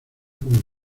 como